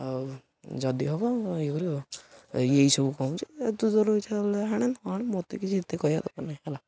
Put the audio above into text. ଆଉ ଯଦି ହବ ଇଏ କରିବ ଏଇ ସବୁ କହୁଛି ତୁ ତୋର ଇଛା ହେଲେ ଆଣେ ନ ଆଣେ ମୋତେ କିଛି ଏତେ କହିବା ଦରକାର ନାହିଁ ହେଲା